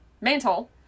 mantle